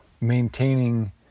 maintaining